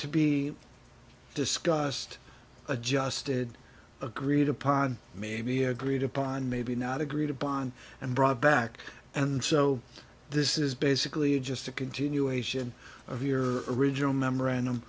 to be discussed adjusted agreed upon may be agreed upon maybe not agreed upon and brought back and so this is basically just a continuation of your original memorandum